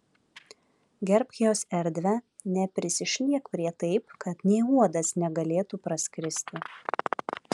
gerbk jos erdvę neprisišliek prie taip kad nė uodas negalėtų praskristi